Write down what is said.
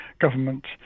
government